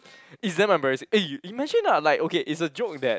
it's damn embarrassing eh you imagine lah like okay it's a joke that